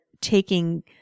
taking